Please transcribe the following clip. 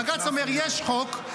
בג"ץ אומר: יש חוק,